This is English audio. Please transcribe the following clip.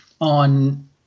on